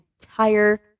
entire